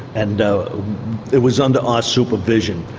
and it was under our supervision.